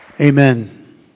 Amen